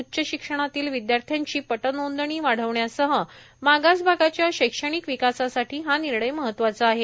उच्च शिक्षणातील विद्यार्थ्यांची पटनोंदणी वाढविण्यासह मागास भागाच्या शैक्षणिक विकासासाठी हा निर्णय महत्त्वाचा आहे